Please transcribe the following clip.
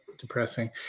Depressing